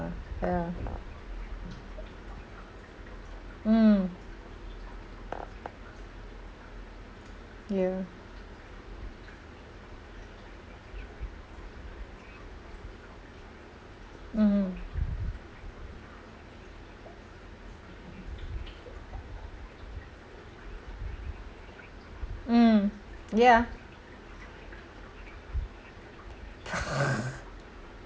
ya mm ya mm mm yeah